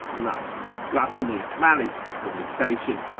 lust, gluttony, malice, fornication,